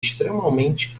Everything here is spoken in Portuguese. extremamente